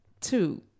two